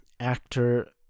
actor